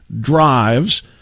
drives